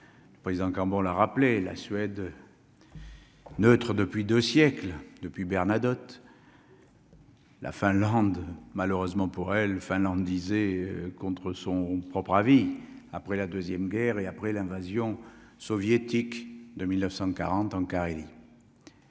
le président comme on l'a rappelé la Suède. Neutre depuis 2 siècles, depuis Bernadotte. La Finlande, malheureusement pour elle, Finlande disait contre son propre avis après la deuxième Guerre et après l'invasion soviétique de 1940 en Carélie.